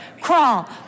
Crawl